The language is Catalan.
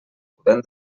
pudent